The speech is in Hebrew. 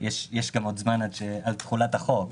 יש עוד זמן עד תחולת החוק.